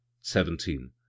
seventeen